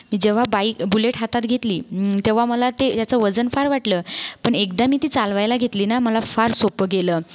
जेव्हा bike bullet हातात घेतली तेव्हा मला ते ह्याचं वजन फार वाटलं पण एकदा मी ती चालवायला घेतली ना मला फार सोपं गेलं